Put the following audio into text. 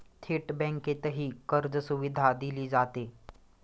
थेट बँकेतही कर्जसुविधा दिली जाते